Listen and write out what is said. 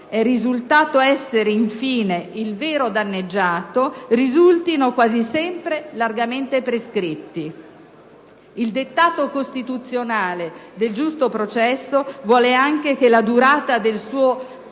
risultato essere infine il vero danneggiato risultino quasi sempre largamente prescritti. Il dettato costituzionale del giusto processo vuole anche che la durata del suo